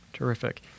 Terrific